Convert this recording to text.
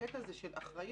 הקטע הזה של אחריות,